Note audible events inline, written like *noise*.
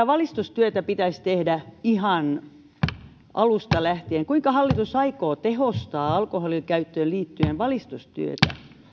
*unintelligible* valistustyötä pitäisi tehdä ihan alusta lähtien kuinka hallitus aikoo tehostaa alkoholinkäyttöön liittyen valistustyötä